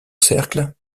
cercle